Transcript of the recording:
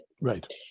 Right